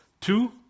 Two